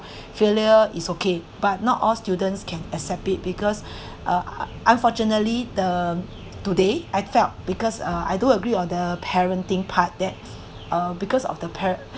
failure is okay but not all students can accept it because uh unfortunately the today I felt because uh I do agree on the parenting part that uh because of the parent